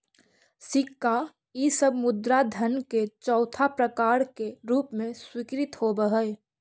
सिक्का इ सब मुद्रा धन के चौथा प्रकार के रूप में स्वीकृत होवऽ हई